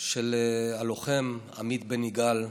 של הלוחם עמית בן יגאל,